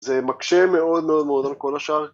‫זה מקשה מאוד מאוד מאוד ‫על כל השאר.